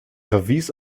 verwies